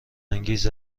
انگیز